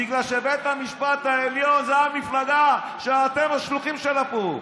בגלל שבית המשפט העליון זה המפלגה שאתם השלוחים שלה פה.